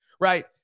right